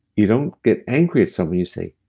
you don't get angry at something, you say,